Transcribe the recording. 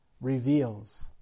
reveals